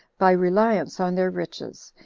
by reliance on their riches,